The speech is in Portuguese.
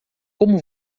como